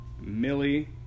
Millie